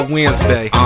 Wednesday